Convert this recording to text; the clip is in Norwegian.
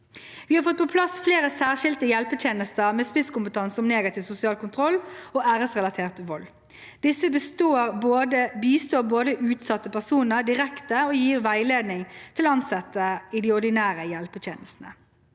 Vi har fått på plass flere særskilte hjelpetjenester med spisskompetanse om negativ sosial kontroll og æresrelatert vold. Disse bistår både utsatte personer direkte og gir veiledning til ansatte i de ordinære hjelpetjenestene.